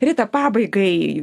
rita pabaigai